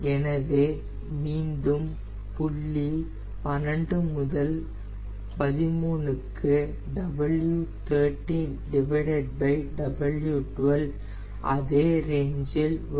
எனவே மீண்டும் புள்ளி 12 முதல் 13 க்கு அதே ரேஞ்சில் வரும்